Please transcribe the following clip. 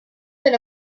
than